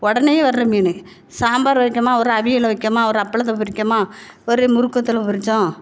உடனையே வர்ற மீன் சாம்பார் வைக்கமா ஒரு அவியலை வைக்கமா ஒரு அப்பளத்தை பொறிக்கமா ஒரு முறுக்கு வத்தலை பொறிச்சோம்